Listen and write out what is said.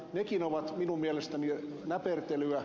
nekin ovat minun mielestäni näpertelyä